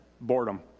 boredom